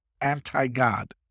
anti-God